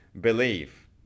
believe